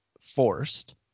forced